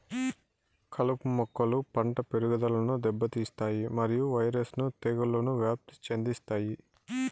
కలుపు మొక్కలు పంట పెరుగుదలను దెబ్బతీస్తాయి మరియు వైరస్ ను తెగుళ్లను వ్యాప్తి చెందిస్తాయి